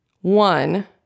One